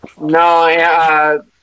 no